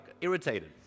irritated